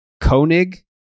Koenig